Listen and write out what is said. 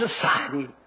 society